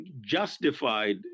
justified